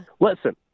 Listen